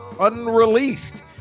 unreleased